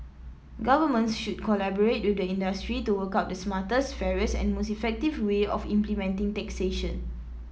governments should collaborate with the industry to work out the smartest fairest and most effective way of implementing taxation